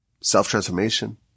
self-transformation